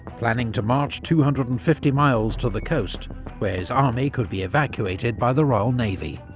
planning to march two hundred and fifty miles to the coast where his army could be evacuated by the royal navy.